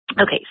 Okay